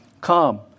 Come